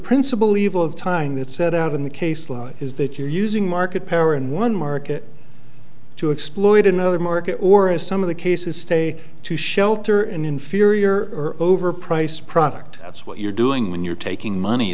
principle evil of time that set out in the case is that you're using market power in one market to exploit another market or as some of the cases stay to shelter an inferior or overpriced product that's what you're doing when you're taking money